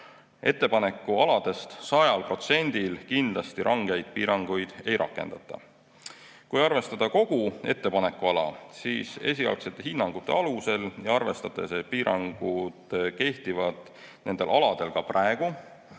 Ettepanekualadest 100%-l kindlasti rangeid piiranguid ei rakendata. Kui arvestada kogu ettepanekuala, siis esialgsete hinnangute alusel ja arvestades, et piirangud kehtivad nendel aladel ka praegu